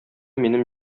минем